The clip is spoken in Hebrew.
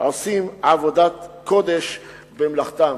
ועושים עבודת קודש במלאכתם.